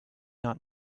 not